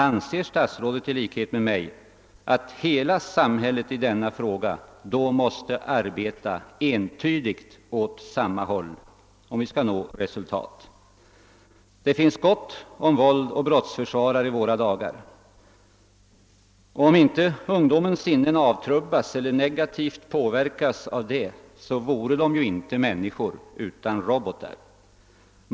Anser statsrådet i likhet med mig att alla krafter i samhället i denna fråga måste arbeta entydigt i samma riktning för att vi skall kunna nå resultat? Det finns gott om våld och många brottsförsvarare i våra dagar, och om inte ungdomens sinnen avtrubbades eller negativt påverkades av detta vore de inte fråga om människor utan om robotar.